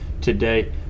today